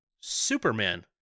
Superman